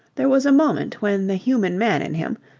there was a moment when the human man in him,